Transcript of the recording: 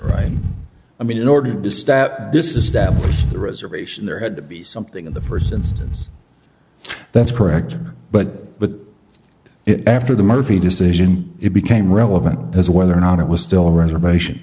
right i mean in order to stab this is that the reservation there had to be something in the first instance that's correct but with it after the murphy decision it became relevant as whether or not it was still a reservation